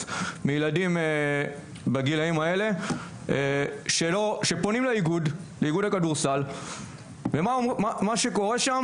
מילדים בגילאים האלה שפונים לאיגוד הכדורסל ומה שקורה שם,